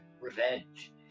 revenge